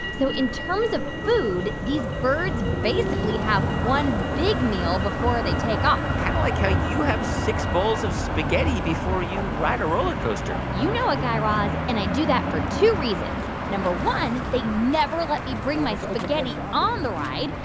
so in terms of food, these birds basically have one big meal before they take off kind of like how you have six bowls of spaghetti before you ride a roller coaster you know it, ah guy raz. and i do that for two reasons. number one, they never let me bring my spaghetti on the ride.